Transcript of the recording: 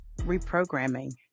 reprogramming